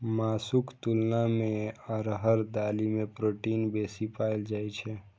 मासुक तुलना मे अरहर दालि मे प्रोटीन बेसी पाएल जाइ छै